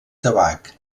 tabac